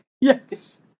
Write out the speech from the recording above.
Yes